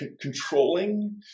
controlling